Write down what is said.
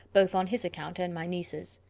both on his account and my niece's.